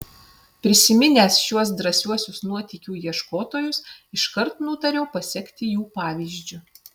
prisiminęs šiuos drąsiuosius nuotykių ieškotojus iškart nutariau pasekti jų pavyzdžiu